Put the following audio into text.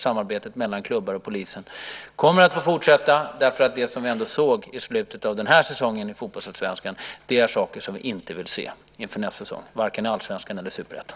Samarbetet mellan klubbar och polisen kommer att fortsätta, därför att det som vi såg i slutet av denna säsong i fotbollsallsvenskan är saker som vi inte vill se under nästa säsong vare sig i allsvenskan eller i superettan.